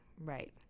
right